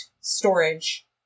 storage